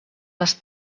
les